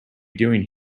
doing